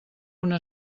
una